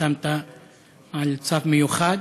חתמת על צו מיוחד,